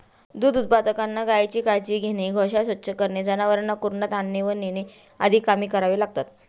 दूध उत्पादकांना गायीची काळजी घेणे, गोशाळा स्वच्छ करणे, जनावरांना कुरणात आणणे व नेणे आदी कामे करावी लागतात